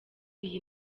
iyi